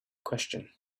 question